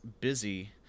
busy